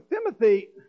Timothy